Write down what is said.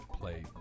play